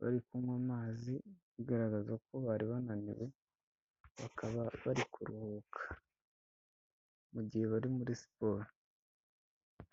bari kunywa amazi, bigaragaza ko bari bananiwe bakaba bari kuruhuka mugihe bari muri siporo.